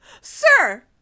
Sir